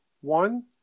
one